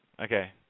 Okay